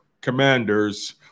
Commanders